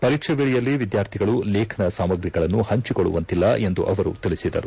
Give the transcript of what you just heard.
ಪರೀಕ್ಷೆ ವೇಳೆಯಲ್ಲಿ ವಿದ್ಯಾರ್ಥಿಗಳು ಲೇಖನ ಸಾಮಗ್ರಿಗಳನ್ನು ಹಂಚಿಕೊಳ್ಳುವಂತಿಲ್ಲ ಎಂದು ಅವರು ತಿಳಿಸಿದರು